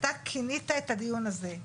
אתה כינית את הדיון הזה,